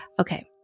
Okay